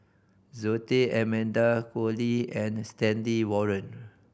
Zoe Tay Amanda Koe Lee and Stanley Warren